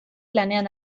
lanean